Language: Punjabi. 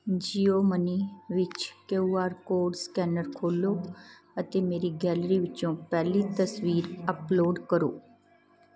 ਜੀਓਮਨੀ ਵਿੱਚ ਕੇਯੂ ਆਰ ਕੋਡ ਸਕੈਨਰ ਖੋਲ੍ਹੋ ਅਤੇ ਮੇਰੀ ਗੈਲਰੀ ਵਿੱਚੋਂ ਪਹਿਲੀ ਤਸਵੀਰ ਅੱਪਲੋਡ ਕਰੋ